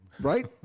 Right